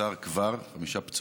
כן, חמישה נפגעים.